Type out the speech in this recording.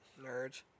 Nerds